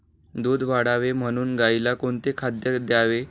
दूध वाढावे म्हणून गाईला कोणते खाद्य द्यावे?